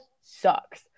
sucks